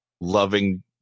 loving